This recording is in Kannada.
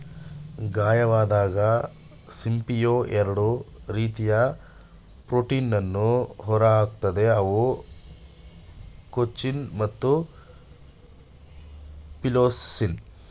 ಗಾಯವಾದಾಗ ಸಿಂಪಿಯು ಎರಡು ರೀತಿಯ ಪ್ರೋಟೀನನ್ನು ಹೊರಹಾಕ್ತದೆ ಅವು ಕೊಂಚಿನ್ ಮತ್ತು ಪೆರ್ಲುಸಿನ್